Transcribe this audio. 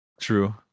True